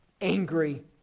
angry